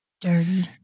Dirty